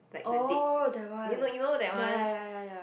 oh that one ya ya ya ya